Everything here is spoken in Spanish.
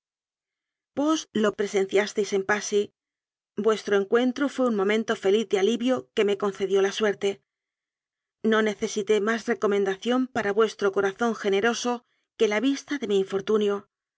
vos lo presenciasteis en passy vuestro encuentro fué un momento feliz de alivio que me concedió la suerte no necesité más reco mendación para vuestro corazón generoso que la vista de mi infortunio